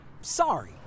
sorry